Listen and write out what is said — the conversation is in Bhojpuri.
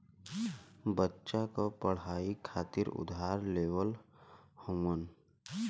बच्चा क पढ़ाई खातिर उधार लेवल हउवन